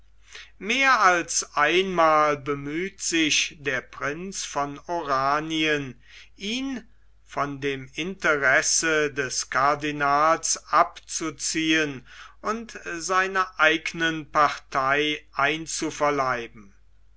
mehr als einmal bemüht sich der prinz von oranien ihn von dem interesse des cardinals abzuziehen und seiner eignen partei einzuverleiben